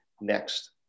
next